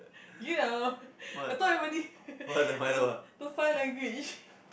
you know I thought everybody the the sign language